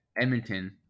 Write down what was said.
Edmonton